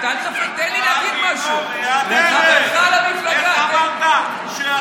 תן לי להגיד משהו לחברך למפלגה.